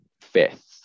fifth